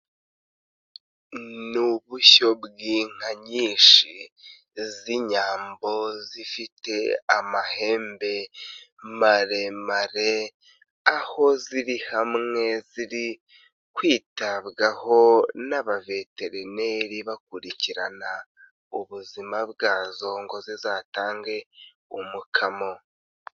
Ni ubushyo bw'inka nyinshi z'inyambo, zifite amahembe maremare, aho ziri hamwe, ziri kwitabwaho n'abaveterineri, bakurikirana ubuzima bwazo ngo zizatange umukamo.